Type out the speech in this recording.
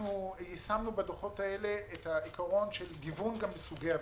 יישמנו בדוחות האלה את העיקרון של גיוון בסוגי הביקורת.